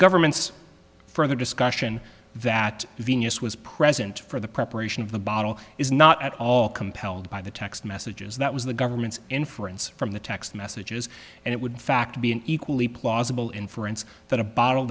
government's further discussion that venus was present for the preparation of the bottle is not at all compelled by the text messages that was the government's inference from the text messages and it would fact be an equally plausible inference that a battle